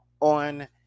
on